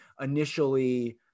initially